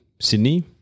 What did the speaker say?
Sydney